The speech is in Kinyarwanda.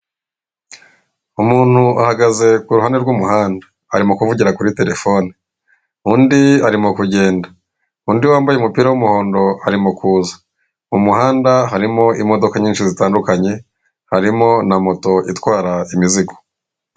Umuntu ugaze kuhande rw'umuhanda, arimo kuvugira kuri terefone, undi arimo kugenda, undi wambaye umupira w'umuhondo arimo kuza, mu muhanda harimo imodoka nyinshi zitandukanye harimo na moto itwara imizigo.